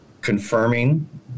confirming